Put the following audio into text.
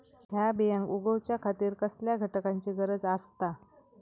हया बियांक उगौच्या खातिर कसल्या घटकांची गरज आसता?